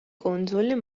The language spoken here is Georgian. კუნძული